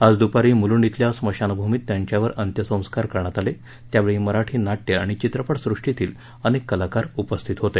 आज दुपारी मुलंड इथल्या स्मशानभूमीत त्यांच्यावर अत्यसंस्कार करण्यात आले त्यावेळी मराठी नाटय आणि चित्रपट सृष्टीतील अनेक कलाकार उपस्थित होते